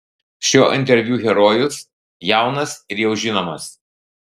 šio interviu herojus jaunas ir jau žinomas